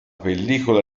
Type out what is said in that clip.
pellicola